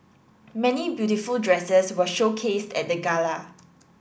many beautiful dresses were showcased at the gala